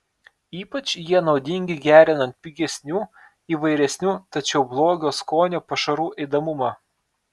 ypač jie naudingi gerinant pigesnių įvairesnių tačiau blogo skonio pašarų ėdamumą